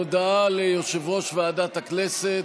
הודעה ליושב-ראש ועדת הכנסת,